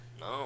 No